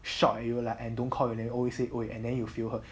shout at you like and don't call your name always say !oi! and then you feel hurt